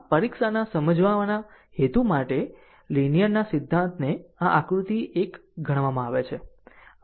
આમ પરીક્ષાના સમજાવવાના હેતુ માટે લીનીયર ના સિદ્ધાંતને આ આકૃતિ 1 ગણવામાં આવે છે